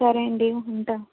సరే అండీ ఉంటా